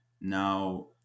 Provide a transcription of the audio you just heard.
Now